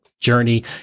journey